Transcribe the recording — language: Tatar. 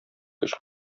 көч